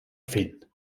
fent